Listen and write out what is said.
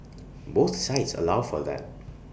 both sites allow for that